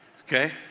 Okay